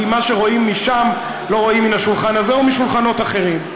כי מה שרואים משם לא רואים מן השולחן הזה ומשולחנות אחרים,